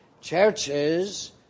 churches